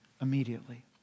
immediately